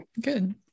Good